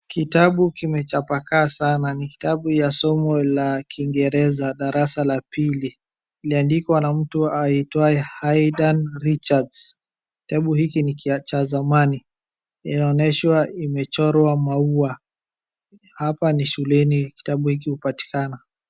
Kitabu kimechapakaa sana. Ni kitabu ya somo la kiingereza darasa la pili, iliandikwa na mtu aitwayo Haydn Richards. Kitabu hiki ni cha zamani. Inaonyeshwa imechorwa maua. Hapa ni shuleni kitabu hiki hupatikana.